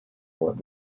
might